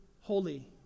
holy